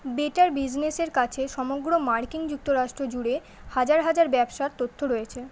better বিজনেসের কাছে সমগ্র মার্কিন যুক্তরাষ্ট্র জুড়ে হাজার হাজার ব্যবসার তথ্য রয়েছে